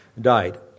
died